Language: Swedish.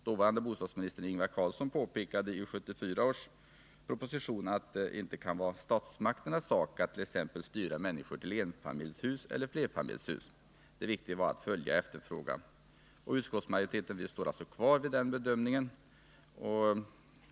Dåvarande bostadsministern Ingvar Carlsson påpekade i 1974 års proposition att det inte kan vara statsmakternas sak att t.ex. styra människor till enfamiljshus eller flerfamiljshus — det viktiga är att följa efterfrågan. Utskottsmajoriteten står alltså kvar vid den bedömningen.